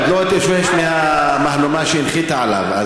הוא עוד לא התאושש מהמהלומה שהיא הנחיתה עליו.